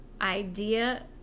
idea